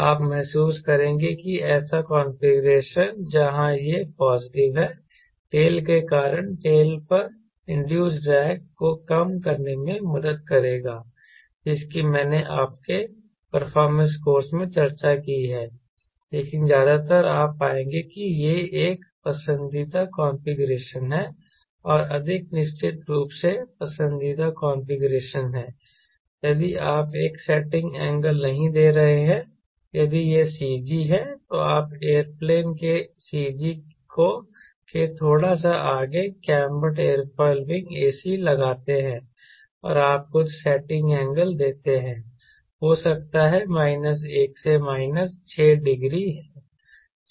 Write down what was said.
आप महसूस करेंगे कि ऐसा कॉन्फ़िगरेशन जहां यह पॉजिटिव है टेल के कारण टेल पर इंड्यूस्ड ड्रैग को कम करने में मदद करेगा जिसकी मैंने आपके परफॉर्मेंस कोर्से में चर्चा की है लेकिन ज्यादातर आप पाएंगे कि यह एक पसंदीदा कॉन्फ़िगरेशन है और अधिक निश्चित रूप से पसंदीदा कॉन्फ़िगरेशन है यदि आप एक सेटिंग एंगल नहीं दे रहे हैं यदि यह CG है तो आप एयरप्लेन के CG के थोड़ा सा आगे कैंबर्ड एयरोफॉयल विंग ac लगाते हैं और आप कुछ सेटिंग एंगल देते हैं हो सकता है माइनस 1 से माइनस 6 डिग्री है